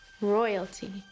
Royalty